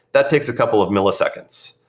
that takes a couple of milliseconds,